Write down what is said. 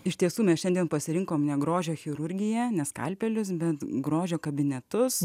iš tiesų mes šiandien pasirinkome ne grožio chirurgiją ne skalpelius bet grožio kabinetus